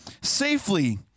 safely